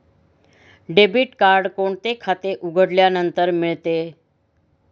Debit card कोणते खाते उघडल्यानंतर मिळते?